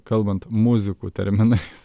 kalbant muzikų terminais